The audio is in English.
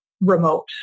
remote